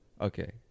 Okay